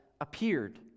appeared